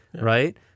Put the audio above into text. right